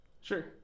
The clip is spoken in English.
Sure